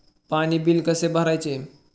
पाणी बिल कसे भरायचे?